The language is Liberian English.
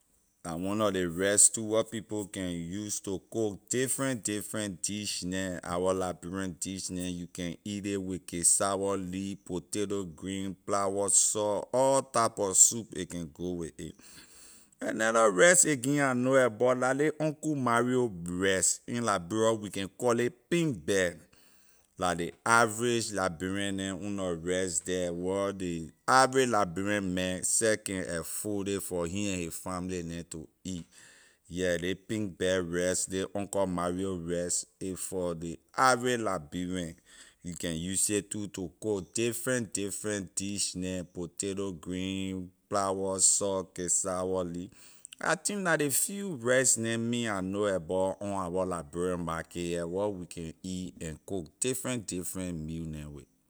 La one nor ley rice too where people can use to cook different different dish neh our liberian dish neh you can eat ley with cassava leaf potato green palava sauce all type of soup a can go with a another rice again I know abor la ley uncle mario rice in liberia we can call ley pink bag la ley average liberian neh own nor rice the wor ley average liberian man seh can afford ley for he and his family neh to eat yeah ley pink bag rice ley uncle mario rice a for ley average liberian you can use it too to cook different different dish neh potato green palava sauce cassawor lee I think la ley few rice neh me I know abor on our liberia markay here wor we can eat and cook different different meal neh with.